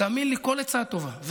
תאמין לי שכל עצה טובה,